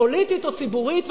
פוליטית או ציבורית.